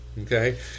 Okay